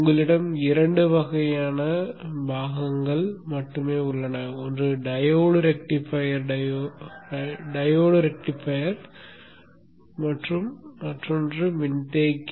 உங்களிடம் இரண்டு வகையான பாகங்கள்கள் மட்டுமே உள்ளன ஒன்று டையோடு ரெக்டிஃபையர் டையோடு மற்றும் மற்றொன்று மின்தேக்கி